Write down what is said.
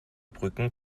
brücken